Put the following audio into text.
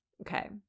okay